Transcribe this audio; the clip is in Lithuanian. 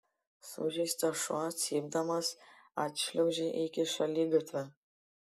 sužeistas šuo cypdamas atšliaužė iki šaligatvio